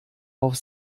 auf